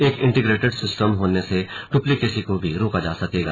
एक integrated system होने से ड्प्लीकेसी को भी रोका जा सकेगा